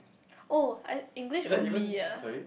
oh I English only ah